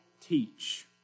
teach